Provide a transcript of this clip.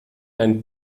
einen